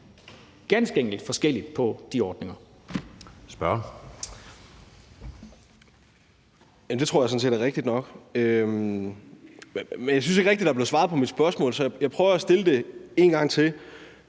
ganske enkelt ser forskelligt på de ordninger.